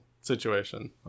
situation